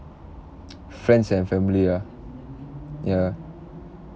friends and family ah ya